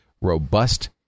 robust